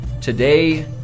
today